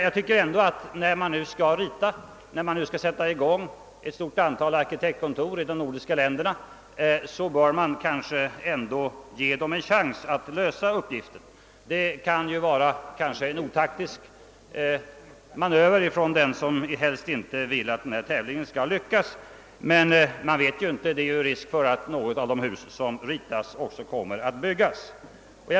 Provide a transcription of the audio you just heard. Men när man nu skall sätta i gång detta arbete på ett stort antal arkitektkontor i de nordiska länderna bör man kanske ändå ge dem en chans att lösa uppgiften. Det kan kanske vara en otaktisk manöver från den som helst inte vill att tävlingen skall lyckas, men det finns ju en risk för att något av de hus som ritas också kommer att byggas.